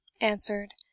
answered